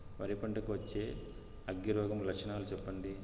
వరి పంట కు వచ్చే అగ్గి రోగం లక్షణాలు చెప్పండి?